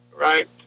Right